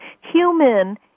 human